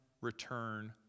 return